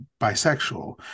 bisexual